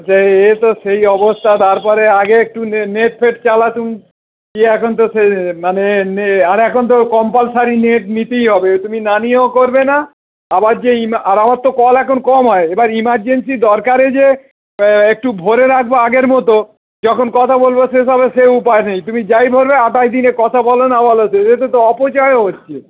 সেই এ তো সেই অবস্থা তারপরে আগে একটু নেট ফেট চালাতাম সে এখন তো সে মানে নেই আর এখন তো কম্পালসারি নেট নিতেই হবে তুমি না নিয়েও করবে না আবার যে ইম আর আমার তো কল এখন কম হয় এবার ইমারজেন্সি দরকারে যে একটু ভরে রাখবো আগের মতো যখন কথা বলবো শেষ হবে সে উপায় নেই তুমি যাই ভরবে আঠাশ দিনে কথা বলো না বলো শেষ এতে তো অপচয়ও হচ্ছে